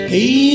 Hey